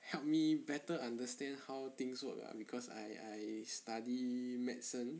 help me better understand how things work lah because I I study medicine